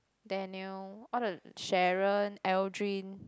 Daniel all the Sharon Aldrin